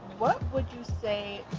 what would you say